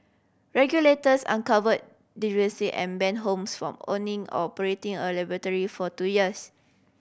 regulators uncover deficiency and ban Holmes from owning or operating a laboratory for two years